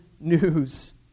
news